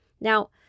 Now